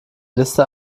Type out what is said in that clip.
liste